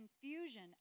confusion